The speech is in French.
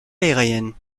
aérienne